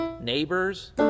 neighbors